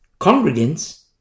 congregants